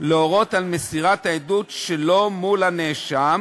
להורות על מסירת העדות שלא מול הנאשם